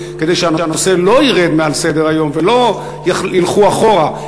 כדי שהנושא לא ירד מסדר-היום ולא ילכו אחורה.